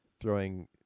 throwing